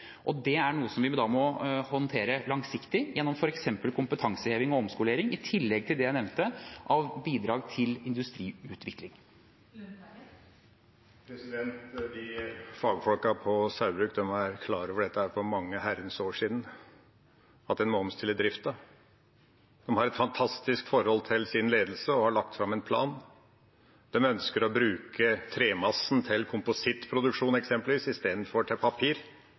Det er noe vi må håndtere langsiktig, f.eks. gjennom kompetanseheving og omskolering, i tillegg til det jeg nevnte av bidrag til industrien. Fagfolkene på Saubrugs ble klar over dette for mange herrens år siden, at en må omstille driften. De har et fantastisk forhold til sin ledelse og har lagt fram en plan. De ønsker å bruke tremassen til komposittproduksjon, eksempelvis, istedenfor til papir.